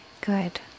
Good